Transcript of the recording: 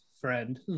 Friend